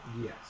Yes